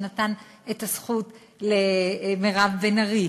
שנתן את הזכות למירב בן ארי,